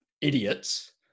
idiots